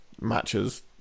matches